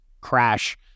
crash